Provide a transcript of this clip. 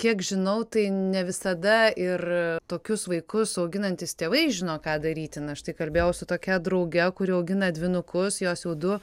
kiek žinau tai ne visada ir tokius vaikus auginantys tėvai žino ką daryti na štai kalbėjau su tokia drauge kuri augina dvynukus jos jau du